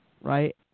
right